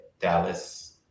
Dallas